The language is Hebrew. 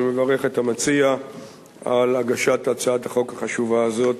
אני מברך את המציע על הגשת הצעת החוק החשובה הזאת